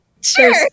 Sure